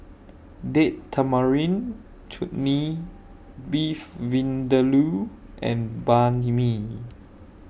Date Tamarind Chutney Beef Vindaloo and Banh MI